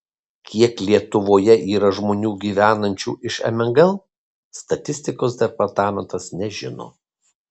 kiek lietuvoje yra žmonių gyvenančių iš mgl statistikos departamentas nežino